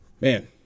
Man